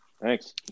Thanks